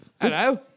Hello